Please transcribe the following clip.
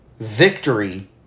Victory